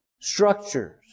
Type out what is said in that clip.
structures